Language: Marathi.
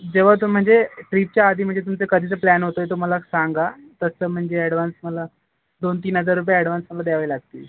जेव्हा तो म्हणजे ट्रीपच्या आधी म्हणजे तुमचे कधीचे प्लॅन होतं आहे तो मला सांगा तसं म्हणजे अॅडव्हान्स मला दोनतीन हजार रुपये अॅडव्हान्स मला द्यावे लागतील